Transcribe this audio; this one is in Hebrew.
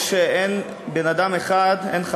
אני חושב שאין אדם אחד,